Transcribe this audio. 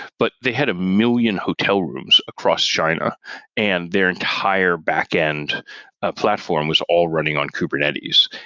but they had a million hotel rooms across china and their entire backend platform was all running on kubernetes.